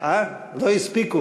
לא הספיקו כי הם היו בוועדות.